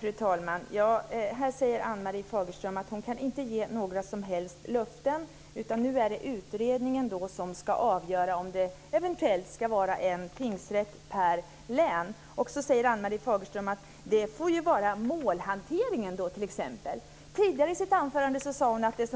Fru talman! Ann-Marie Fagerström säger här att hon inte kan ge några som helst löften, utan det är utredningen som ska avgöra om det eventuellt ska vara en tingsrätt per län. Sedan säger Ann-Marie Fagerström att det får avgöras av t.ex. målhanteringen. Tidigare i sitt anförande sade hon att det